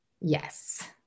Yes